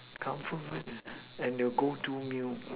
comfort food is and your go to meal